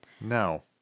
No